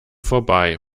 vorbei